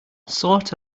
sort